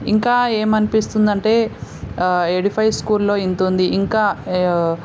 ఇంకా ఏమనిపిస్తుందంటే ఎడిఫై స్కూల్లో ఇంత ఉంది ఇంకా